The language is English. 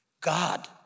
God